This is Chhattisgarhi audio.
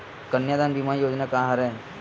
कन्यादान बीमा योजना का हरय?